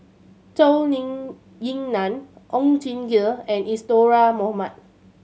Zhou Ying Nan Oon Jin and Isadhora Mohamed